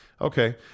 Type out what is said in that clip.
Okay